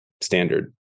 standard